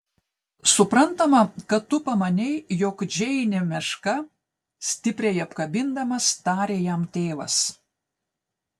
suprantama kad tu pamanei jog džeinė meška stipriai apkabindamas tarė jam tėvas